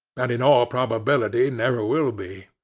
and in all probability never will be.